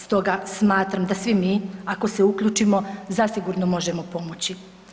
Stoga smatram da svi mi ako se uključimo zasigurno možemo pomoći.